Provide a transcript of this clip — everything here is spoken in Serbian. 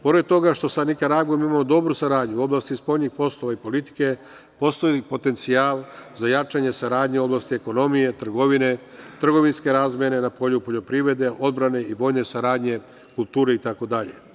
Pored toga što sa Nikaragvom imamo dobru saradnju u oblasti spoljnih poslova i politike, postoji potencijal za jačanje saradnje u oblasti ekonomije, trgovine, trgovinske razmene na polju poljoprivrede, odbrane i vojne saradnje, kulture itd.